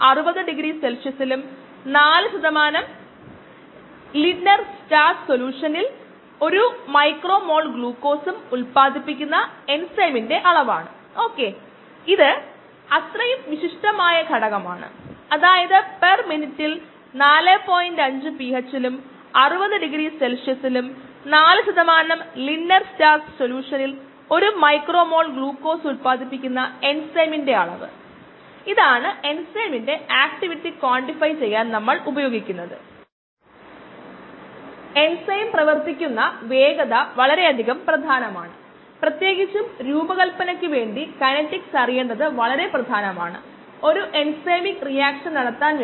അതിനാൽ ഒരു കോംപ്റ്റിറ്റിവ് ഇൻഹിബിഷനു ആയി ഈ Km പുതിയ K m ആണ് KmKmKII Km ഞാൻ ഇത് y mx c എന്ന രൂപത്തിൽ എഴുതിയിട്ടുണ്ട്